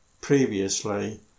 previously